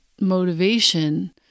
motivation